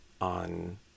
on